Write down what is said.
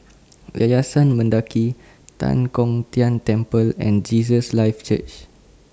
Yayasan Mendaki Tan Kong Tian Temple and Jesus Lives Church